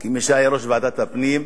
כמי שהיה ראש ועדת הפנים,